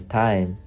time